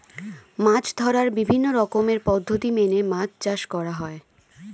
মাছ ধরার বিভিন্ন রকমের পদ্ধতি মেনে মাছ চাষ করা হয়